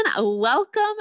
welcome